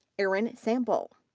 erin sample.